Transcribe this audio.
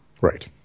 Right